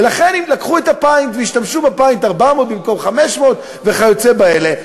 ולכן הם לקחו את הפיינט והשתמשו בפיינט: 400 במקום 500 וכיוצא בזה.